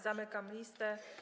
Zamykam listę.